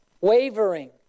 Wavering